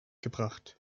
gebracht